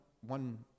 one